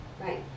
right